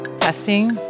Testing